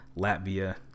Latvia